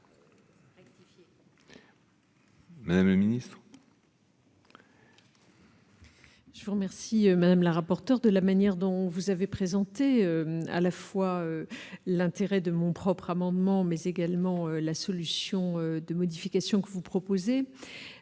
Madame le Ministre. Je vous remercie madame la rapporteure de la manière dont vous avez présenté, à la fois l'intérêt de mon propre amendement mais également la solution de modifications que vous proposez